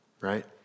right